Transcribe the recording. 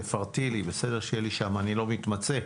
תפרטי לי, שיהיה לי שם, אני לא מתמצא.